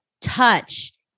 touch